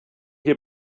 hier